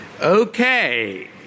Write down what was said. Okay